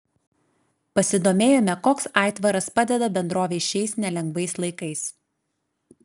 pasidomėjome koks aitvaras padeda bendrovei šiais nelengvais laikais